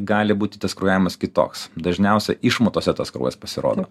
gali būti tas kraujavimas kitoks dažniausiai išmatose tas kraujas pasirodo